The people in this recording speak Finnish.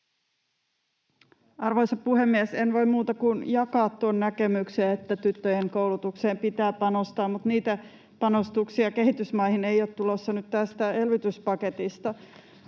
Arvoisa puhemies! En voi muuta kuin jakaa tuon näkemyksen, että tyttöjen koulutukseen pitää panostaa, mutta niitä panostuksia kehitysmaihin ei ole tulossa nyt tästä elvytyspaketista.